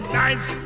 nice